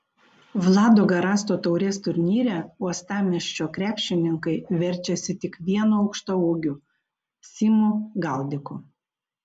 vlado garasto taurės turnyre uostamiesčio krepšininkai verčiasi tik vienu aukštaūgiu simu galdiku